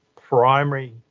primary